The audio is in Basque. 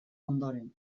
ondoren